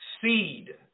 seed